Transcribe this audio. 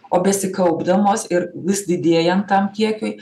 o besikaupdamos ir vis didėjant tam kiekiui